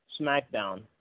SmackDown